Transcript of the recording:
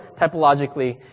typologically